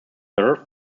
nerve